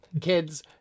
kids